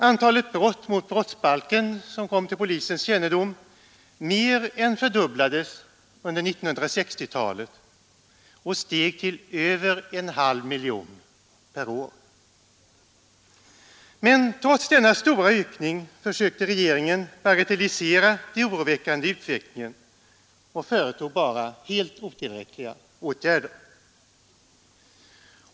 Antalet brott mot brottsbalken som kommit till polisens kännedom mer än fördubblades under 1960-talet och steg till över en halv miljon per år. Men trots denna stora ökning försökte regeringen bagatellisera det oroväckande i utvecklingen och vidtog bara helt otillräckliga åtgärder.